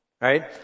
Right